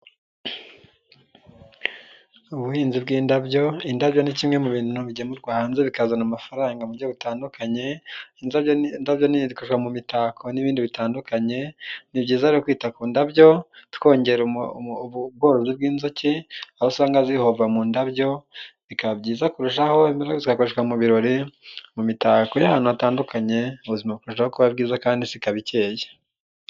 Ubuhinzi bw'indabyo, indabyo ni kimwe mu bintu bigemurwa hanze bikazana amafaranga mu buryo butandukanye, indabyo zikorwa mu mitako n'ibindi bitandukanye, ni byiza rero kwita ku ndabyo twongera ubworozi bw'inzuki aho usanga zihova mu ndabyo, bikaba byiza kurushaho, zimwe zigakoreshwa mu birori, mu mitako y'ahantu hatandukanye, ubuzima bukarushaho kuba bwiza, kandi isi ikaba ikeye.